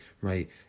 right